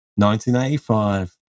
1985